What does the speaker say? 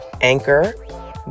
Anchor